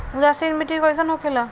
उदासीन मिट्टी कईसन होखेला?